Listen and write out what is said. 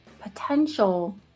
potential